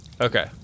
Okay